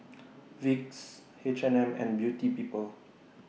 Vicks H and M and Beauty People